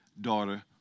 daughter